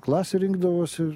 klasė rinkdavosi